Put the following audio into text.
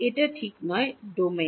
এটা ঠিক সময় ডোমেন